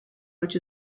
which